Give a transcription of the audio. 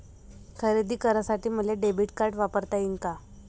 खरेदी करासाठी मले डेबिट कार्ड वापरता येईन का?